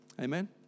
Amen